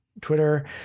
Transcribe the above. Twitter